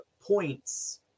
points